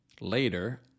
later